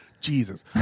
Jesus